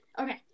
Okay